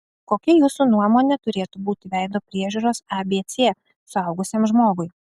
kokia jūsų nuomone turėtų būti veido priežiūros abc suaugusiam žmogui